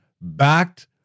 backed